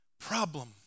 problem